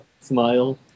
Smile